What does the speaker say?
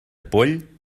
poll